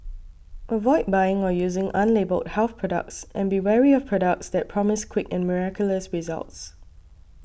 avoid buying or using unlabelled health products and be wary of products that promise quick and miraculous results